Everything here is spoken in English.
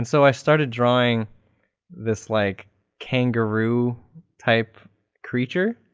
so i started drawing this like kangaroo type creature